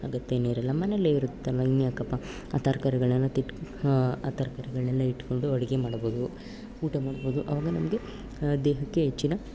ಅಗತ್ಯವೇ ಇರೋಲ್ಲ ಮನೆಯಲ್ಲೆ ಇರುತ್ತಲ್ಲ ಇನ್ಯಾಕಪ್ಪ ಆ ತರ್ಕಾರಿಗಳನ್ನು ಆ ತರಕಾರಿಗಳ್ನೆಲ್ಲ ಇಟ್ಕೊಂಡು ಅಡುಗೆ ಮಾಡ್ಬೌದು ಊಟ ಮಾಡ್ಬೌದು ಆಗ ನಮಗೆ ದೇಹಕ್ಕೆ ಹೆಚ್ಚಿನ